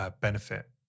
benefit